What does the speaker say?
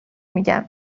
میگم